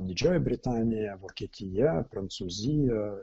didžioji britanija vokietija prancūzija